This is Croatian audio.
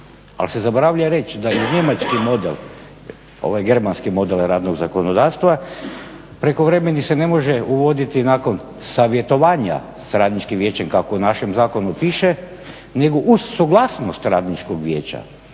ali se zaboravlja reći da i njemački model, ovaj germanski model radnog zakonodavstva, prekovremeni se ne može uvoditi nakon savjetovanja s radničkim vijećem kako u našem zakonu piše nego uz suglasnost radničkog vijeća